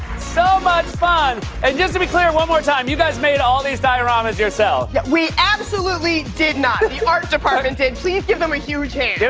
so much fun. and just to be clear, one more time, you guys made all these dioramas yourselves? yeah we absolutely did not. the art department did. please give them a huge hand.